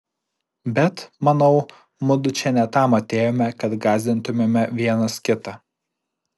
bet manau mudu čia ne tam atėjome kad gąsdintumėme vienas kitą